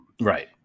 right